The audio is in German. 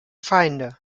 feinde